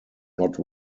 not